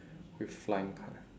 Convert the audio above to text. with flying